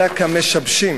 אלא כמשבשים,